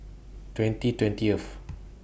twenty twentieth